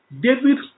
David